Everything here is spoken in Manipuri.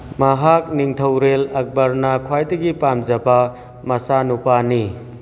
ꯃꯍꯥꯛ ꯅꯤꯡꯊꯧꯔꯦꯜ ꯑꯛꯕꯔꯅ ꯈ꯭ꯋꯥꯏꯗꯒꯤ ꯄꯥꯝꯖꯕ ꯃꯆꯥꯅꯨꯄꯥꯅꯤ